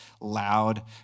loud